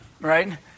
right